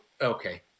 okay